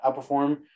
outperform